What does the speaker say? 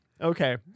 Okay